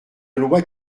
loi